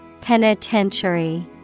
Penitentiary